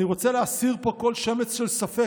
"אני רוצה להסיר פה כל שמץ של ספק.